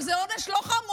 אבל זה עונש לא חמור.